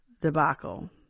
debacle